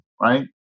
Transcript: right